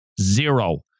Zero